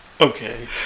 Okay